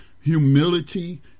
humility